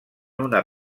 una